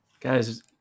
Guys